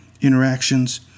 interactions